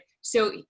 So-